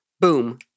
boom